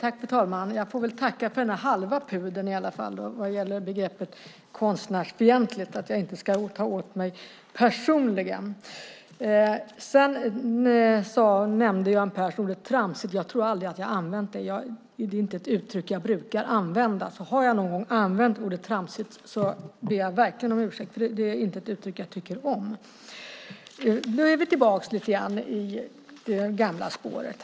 Fru talman! Jag får väl tacka för den halva pudeln att jag inte ska ta åt mig personligen vad gäller begreppet konstnärsfientlighet. Göran Persson nämnde ordet tramsig. Jag tror aldrig att jag har använt det. Det är inte ett uttryck jag brukar använda. Om jag någon gång har använt ordet tramsig ber jag verkligen om ursäkt eftersom det inte är ett uttryck jag tycker om. Nu är vi tillbaka i det gamla spåret.